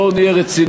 בואו נהיה רציניים,